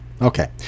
Okay